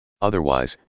Otherwise